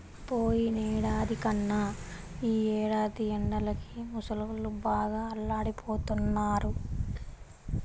పోయినేడాది కన్నా ఈ ఏడాది ఎండలకి ముసలోళ్ళు బాగా అల్లాడిపోతన్నారు